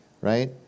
right